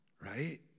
Right